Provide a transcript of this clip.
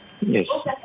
Yes